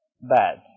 bad